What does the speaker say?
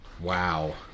wow